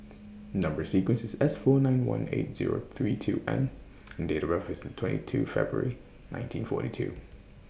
Number sequence IS S four nine one eight Zero three two N and Date of birth IS twenty two February nineteen forty two